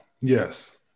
Yes